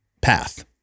path